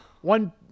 one